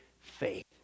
faith